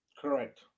Correct